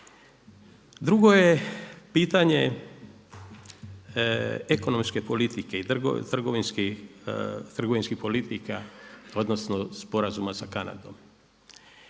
Drugo je pitanje ekonomske politike i trgovinskih politika, odnosno sporazuma sa Kanadom.